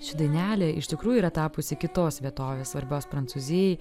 ši dainelė iš tikrųjų yra tapusi kitos vietovės svarbios prancūzijai